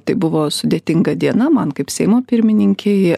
tai buvo sudėtinga diena man kaip seimo pirmininkei